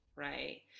Right